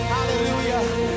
Hallelujah